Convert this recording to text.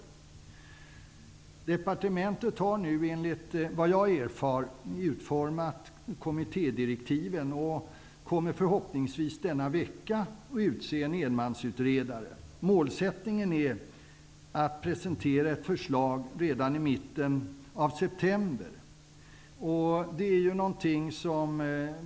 Departementet har, enligt vad jag erfarit, utformat kommittédirektiven och kommer förhoppningsvis denna vecka att utse en enmansutredare. Målsättningen är att ett förslag presenteras redan i mitten av september.